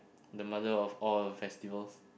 the mother of all festivals